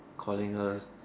calling her